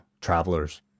travelers